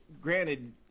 granted